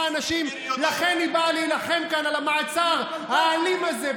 אנשים לכן היא באה להילחם כאן על המעצר האלים הזה,